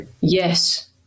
Yes